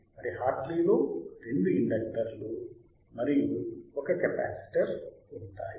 మరి హార్ట్లీలో రెండు ఇండక్టర్లు మరియు ఒక కెపాసిటర్ వుంటాయి